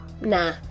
Nah